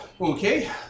Okay